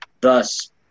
thus